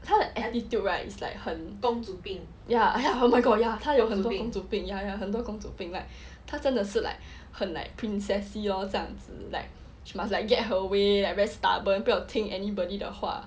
他的 attitude right it's like 很 ya oh my god ya 他有公主病 ya ya 很多公主病 like 他真的是 like 很 like princessy lor 这样子 like she must like get her way like very stubborn 不要听 anybody 的话